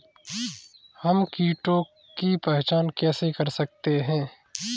हम कीटों की पहचान कैसे कर सकते हैं?